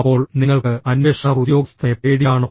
അപ്പോൾ നിങ്ങൾക്ക് അന്വേഷണ ഉദ്യോഗസ്ഥനെ പേടിയാണോ